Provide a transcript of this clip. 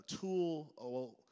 tool